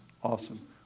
Awesome